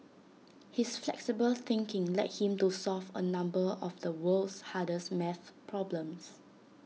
his flexible thinking led him to solve A number of the world's hardest math problems